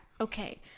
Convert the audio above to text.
Okay